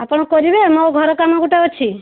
ଆପଣ କରିବେ ମୋ ଘର କାମ ଗୋଟେ ଅଛି